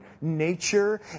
nature